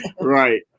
Right